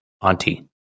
auntie